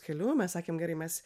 keliu mes sakėm gerai mes